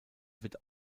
wird